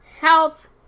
health